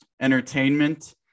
entertainment